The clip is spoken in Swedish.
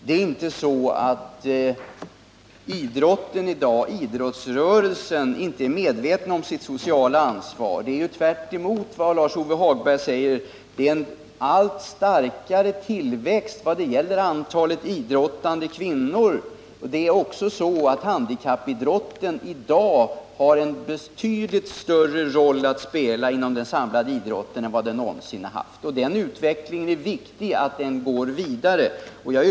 Det är inte så att idrottsrörelsen i dag inte är medveten om sitt sociala ansvar. Tvärtemot vad Lars-Ove Hagberg säger så har antalet idrottande kvinnor ökat. Också handikappidrotten spelar i dag en betydligt större roll inom den samlade idrotten än någonsin tidigare. Det är viktigt att den utvecklingen fortskrider.